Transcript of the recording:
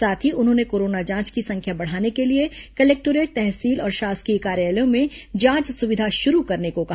साथ ही उन्होंने कोरोना जांच की संख्या बढ़ाने के लिए कलेक्टोरेट तहसील और शासकीय कार्यालयों में जांच सुविधा शुरू करने को कहा